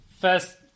first